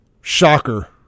Shocker